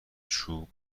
چوب